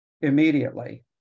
immediately